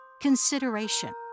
consideration